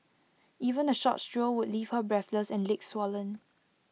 even A short stroll would leave her breathless and legs swollen